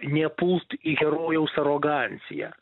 nepult į herojaus aroganciją